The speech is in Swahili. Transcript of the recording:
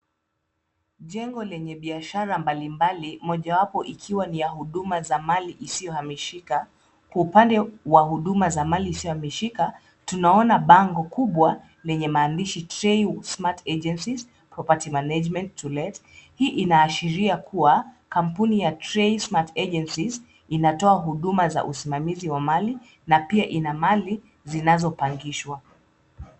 Jengo lenye biashara mbali mbali moja wapo ikiwa ni hudama za mali isio hamishika. Upande wa hudama wa mali isio hamishika tuna ona bango kubwa lenye maandishi Trey Smart Agencies Property Mangement To Let, hii ina ashiria kuwa kampuni Trey Smart Agencies ina toa huduma za usimamizi mali na pia ina mali zinazo pangishwa.